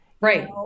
Right